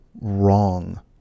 wrong